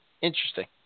Interesting